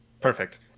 Perfect